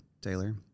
Taylor